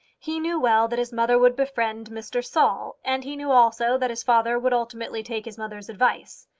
he knew well that his mother would befriend mr. saul, and he knew also that his father would ultimately take his mother's advice.